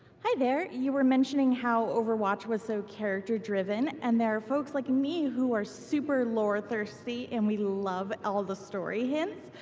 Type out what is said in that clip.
hi there. you were mentioning how overwatch is so character-driven. and there are folks like me who are super lore-thirsty and we love all of the story hints.